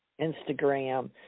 Instagram